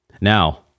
Now